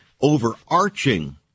overarching